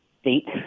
state